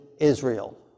Israel